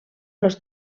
los